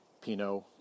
Pinot